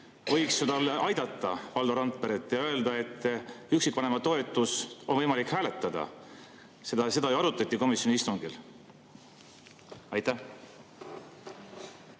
võiks ju aidata Valdo Randperet ja öelda, et üksikvanema toetuse üle on võimalik hääletada. Seda ju arutati komisjoni istungil. Aitäh,